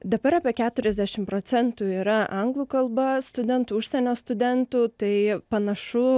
dabar apie keturiasdešim procentų yra anglų kalba studentų užsienio studentų tai panašu